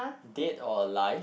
dead or alive